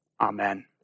Amen